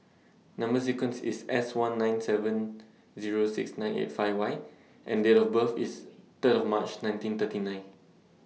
Number sequence IS S one nine seven Zero six nine eight five Y and Date of birth IS Third of March nineteen thirty nine